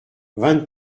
vingt